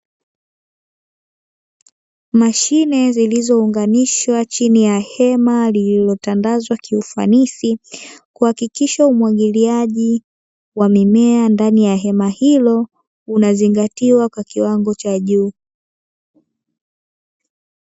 Mashine zilizounganishwa chini ya hema lililotandazwa kiufanisi, kuhakikisha umwagiliaji wa mimea ndani ya hema hilo unazingatiwa kwa kiwango cha juu.